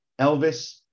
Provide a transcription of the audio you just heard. elvis